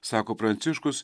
sako pranciškus